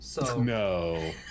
No